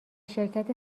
شرکت